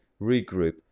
regroup